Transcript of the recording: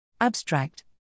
Abstract